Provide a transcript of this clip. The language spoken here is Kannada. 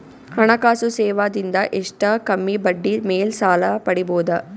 ಹಣಕಾಸು ಸೇವಾ ದಿಂದ ಎಷ್ಟ ಕಮ್ಮಿಬಡ್ಡಿ ಮೇಲ್ ಸಾಲ ಪಡಿಬೋದ?